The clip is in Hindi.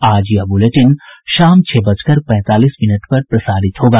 आज यह बुलेटिन शाम छह बजकर पैंतालीस मिनट पर प्रसारित होगा